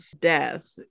death